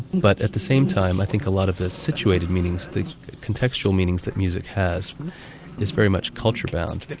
but at the same time i think a lot of the situated meanings, the contextual meanings that music has is very much culture-bound.